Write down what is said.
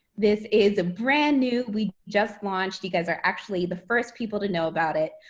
this is brand new. we just launched. you guys are actually the first people to know about it.